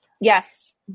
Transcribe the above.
Yes